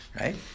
right